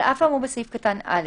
על אף האמור בסעיף קטן (א),